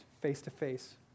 face-to-face